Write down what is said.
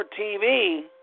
TV